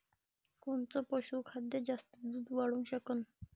कोनचं पशुखाद्य जास्त दुध वाढवू शकन?